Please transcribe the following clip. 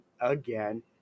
again